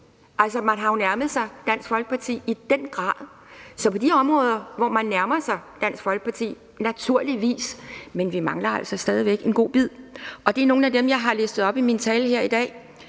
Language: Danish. Altså, man har jo i den grad nærmet sig Dansk Folkeparti, så på de områder, hvor man nærmer sig Dansk Folkeparti, så naturligvis. Men vi mangler stadig væk en god bid, og det er noget af det, jeg har listet op i min tale her i dag,